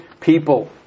people